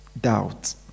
doubt